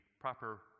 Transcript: proper